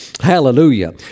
Hallelujah